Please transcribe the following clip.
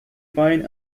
pine